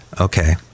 Okay